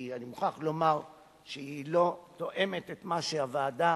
כי אני מוכרח לומר שהיא לא תואמת את מה שהוועדה